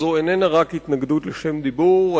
זו איננה רק התנגדות לשם דיבור.